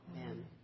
Amen